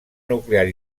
nuclear